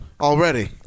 Already